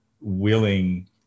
willing